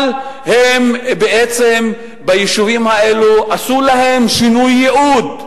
אבל ביישובים האלה עשו להן שינוי ייעוד,